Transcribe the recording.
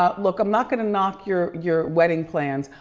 ah look, i'm not gonna knock your your wedding plans.